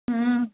हाँ